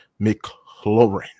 McLaurin